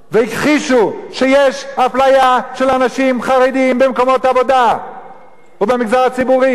והכחישו שיש אפליה של אנשים חרדים במקומות העבודה ובמגזר הציבורי,